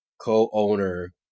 co-owner